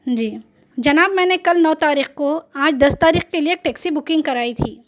جی جناب میں نے کل نو تاریخ کو آج دس تاریخ کے لئے ٹیکسی بکنگ کرائی تھی